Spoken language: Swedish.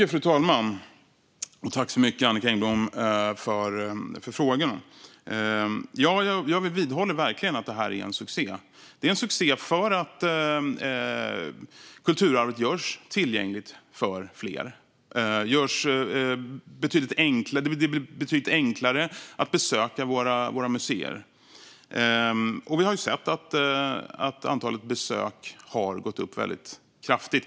Fru talman! Tack så mycket, Annicka Engblom, för frågorna! Ja, jag vidhåller verkligen att reformen är en succé. Den är en succé därför att kulturarvet görs tillgängligt för fler. Det blir betydligt enklare att besöka våra museer. Vi har sett att antalet besök har gått upp väldigt kraftigt.